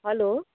hello